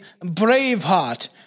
Braveheart